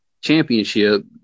championship